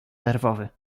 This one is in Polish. nerwowy